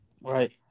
right